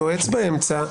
היועץ באמצע,